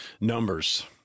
numbers